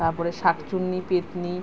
তারপরে শাঁখচুন্নি পেত্নি